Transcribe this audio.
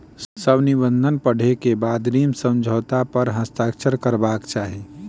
सभ निबंधन पढ़ै के बाद ऋण समझौता पर हस्ताक्षर करबाक चाही